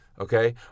okay